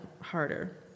Harder